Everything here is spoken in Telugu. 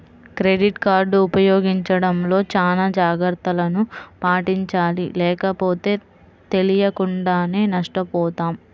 క్రెడిట్ కార్డు ఉపయోగించడంలో చానా జాగర్తలను పాటించాలి లేకపోతే తెలియకుండానే నష్టపోతాం